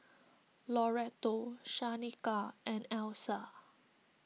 Loretto Shaneka and Elsa